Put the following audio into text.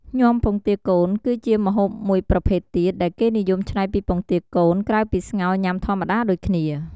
ញាំពងទាកូន គឺជាម្ហូបមួយប្រភេទទៀតដែលគេនិយមច្នៃពីពងទាកូន ក្រៅពីការស្ងោរញ៉ាំធម្មតាដូចគ្នា។